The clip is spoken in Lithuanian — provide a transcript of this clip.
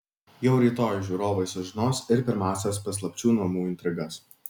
jau rytoj žiūrovai sužinos ir pirmąsias paslapčių namų intrigas